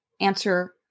answer